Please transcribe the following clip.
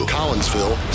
Collinsville